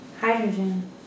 Hydrogen